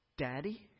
Daddy